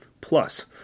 Plus